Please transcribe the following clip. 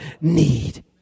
need